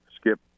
Skip